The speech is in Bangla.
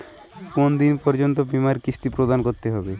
কতো দিন পর্যন্ত বিমার কিস্তি প্রদান করতে হবে?